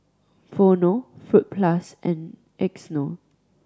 Vono Fruit Plus and Xndo